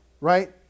right